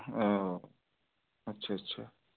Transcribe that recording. ও আচ্ছা আচ্ছা